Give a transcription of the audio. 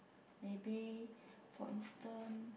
maybe for instant